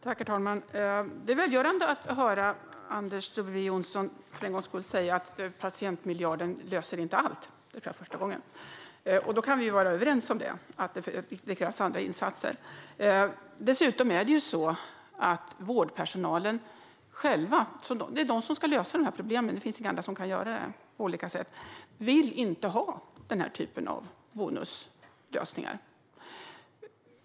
Herr talman! Det är välgörande att höra Anders W Jonsson för en gångs skull säga att kömiljarden inte löser allt. Jag tror att det är första gången. Då kan vi vara överens om att det krävs andra insatser. Dessutom är det så att vårdpersonalen som ska lösa de här problemen, för det finns inga andra som kan göra det, inte vill ha den här typen av bonuslösningar.